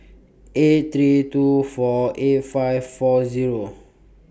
eight three two four eight five four Zero